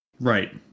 Right